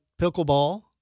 pickleball